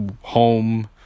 home